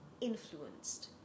influenced